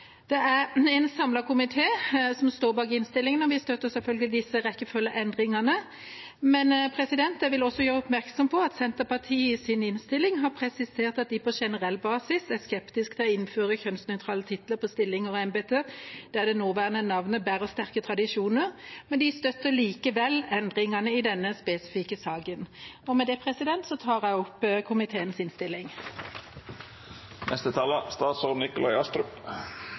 Det er en samlet komité som står bak innstillingen, og vi støtter selvfølgelig disse følgeendringene. Men jeg vil også gjøre oppmerksom på at Senterpartiet i innstillingen har presisert at de på generell basis er skeptiske til å innføre kjønnsnøytrale titler på stillinger og embeter der det nåværende navnet bærer sterke tradisjoner. De støtter likevel endringene i denne spesifikke saken. Med det anbefaler jeg komiteens innstilling.